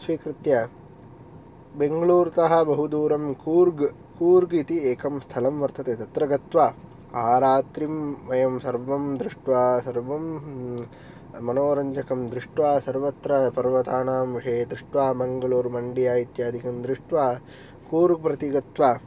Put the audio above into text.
स्वीकृत्य बेङ्गलूर्तः बहुदूरं कूर्ग् कूर्ग् इति एकं स्थलं वर्तते तत्र गत्वा आरात्रिं वयं सर्वं दृष्टवा सर्वत्र मनोरञ्जकं दृष्टवा सर्वत्र पर्वताणां मङ्गलूर् मण्ड्या इत्यादिकं दृष्टवा कूर्ग् प्रति गत्वा